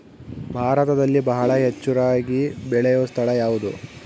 ಭಾರತದಲ್ಲಿ ಬಹಳ ಹೆಚ್ಚು ರಾಗಿ ಬೆಳೆಯೋ ಸ್ಥಳ ಯಾವುದು?